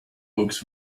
books